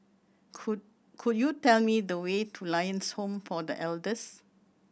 could could you tell me the way to Lions Home for The Elders